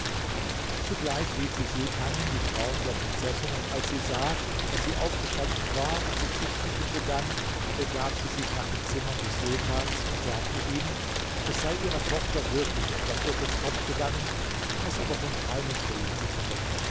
zugleich rief die sultanin die frauen der prinzessin und als sie sah daß sie aufgestanden war und sich zu schmücken begann begab sie sich nach den zimmern des sultans und sagte ihm es sei ihrer tochter wirklich etwas durch den kopf gegangen was aber von keinem belang sei